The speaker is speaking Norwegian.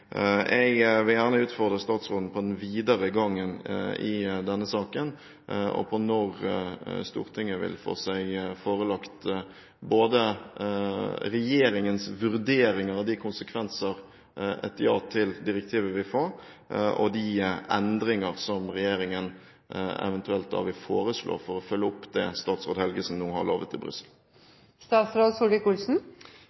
Jeg vil gjerne utfordre statsråden på den videre gangen i denne saken, og på når Stortinget vil få seg forelagt både regjeringens vurderinger av de konsekvenser et ja til direktivet vil få, og de endringer som regjeringen eventuelt vil foreslå for å følge opp det statsråd Helgesen nå har lovet i Brussel.